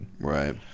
Right